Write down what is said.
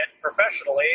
professionally